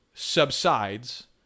subsides